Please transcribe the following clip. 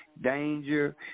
danger